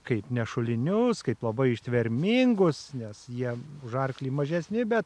kaip nešulinius kaip labai ištvermingus nes jie už arklį mažesni bet